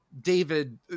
David